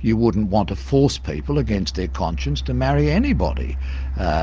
you wouldn't want to force people against their conscience to marry anybody